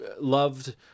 loved